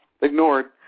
ignored